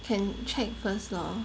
can check first lor